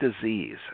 disease